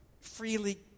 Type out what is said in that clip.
freely